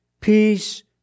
peace